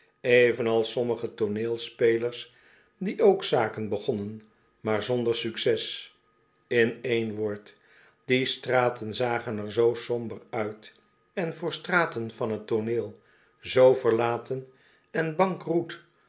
evenals sommige tooneelspelers die ook zaken begonnen maar zonder succes in één woord die straten zagen er zoo somber uit en voor straten van t tooneel zoo verlaten en